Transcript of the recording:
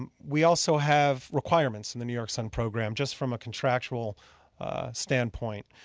and we also have requirements in the new york sun program, just from a contractual standpoint.